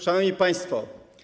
Szanowni Państwo!